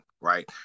Right